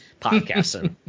podcasting